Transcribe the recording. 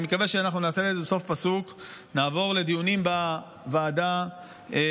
אני מקווה שאנחנו נעשה לזה סוף פסוק ונעבור לדיונים בוועדת החינוך.